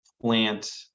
plant